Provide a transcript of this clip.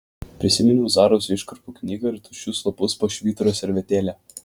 prisiminiau zaros iškarpų knygą ir tuščius lapus po švyturio servetėle